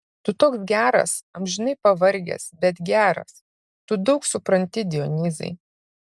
tu toks geras amžinai pavargęs bet geras tu daug supranti dionyzai